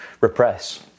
repress